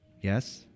Yes